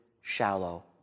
shallow